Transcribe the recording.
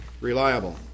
reliable